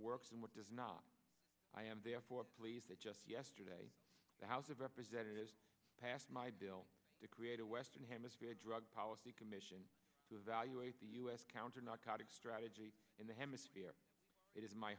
works and what does not i am therefore pleased that just yesterday the house of representatives passed my bill to create a western hemisphere drug policy commission to evaluate the u s counter narcotics strategy in the hemisphere i